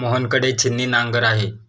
मोहन कडे छिन्नी नांगर आहे